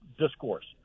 discourse